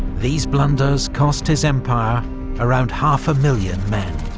these blunders cost his empire around half a million men,